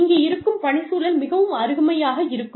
இங்கு இருக்கும் பணிச்சூழல் மிகவும் அருமையாக இருக்கும்